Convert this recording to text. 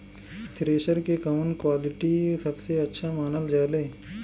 Thresher के कवन quality सबसे अच्छा मानल जाले?